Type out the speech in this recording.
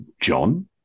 John